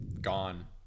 gone